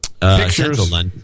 Pictures